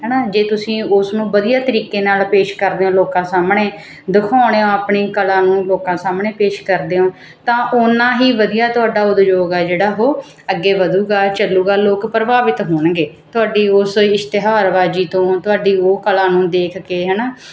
ਹੈ ਨਾ ਜੇ ਤੁਸੀਂ ਉਸਨੂੰ ਵਧੀਆ ਤਰੀਕੇ ਨਾਲ ਪੇਸ਼ ਕਰਦੇ ਹਾਂ ਲੋਕਾਂ ਸਾਹਮਣੇ ਦਿਖਾਉਣੇ ਹੋ ਆਪਣੀ ਕਲਾ ਨੂੰ ਲੋਕਾਂ ਸਾਹਮਣੇ ਪੇਸ਼ ਕਰਦੇ ਹੋ ਤਾਂ ਉਨਾਂ ਹੀ ਵਧੀਆ ਤੁਹਾਡਾ ਉਦਯੋਗ ਆ ਜਿਹੜਾ ਉਹ ਅੱਗੇ ਵਧੇਗਾ ਚੱਲੇਗਾ ਲੋਕ ਪ੍ਰਭਾਵਿਤ ਹੋਣਗੇ ਤੁਹਾਡੀ ਉਸ ਇਸ਼ਤਿਹਾਰਬਾਜ਼ੀ ਤੋਂ ਤੁਹਾਡੀ ਉਹ ਕਲਾ ਨੂੰ ਦੇਖ ਕੇ ਹੈ ਨਾ